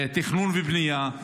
תכנון ובנייה,